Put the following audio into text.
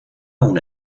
una